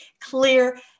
clear